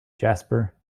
jasper